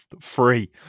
free